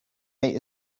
might